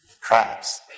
Crabs